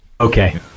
Okay